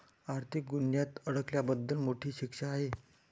आर्थिक गुन्ह्यात अडकल्याबद्दल मोठी शिक्षा आहे